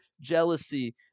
jealousy